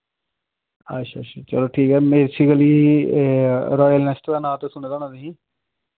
अच्छा अच्छा चलो ठीक ऐ बेसीकली रायल नेस्ट दा नां ते सुने दा होना तुसीं